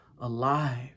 alive